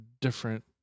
different